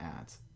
ads